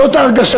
זאת ההרגשה.